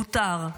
"מותר,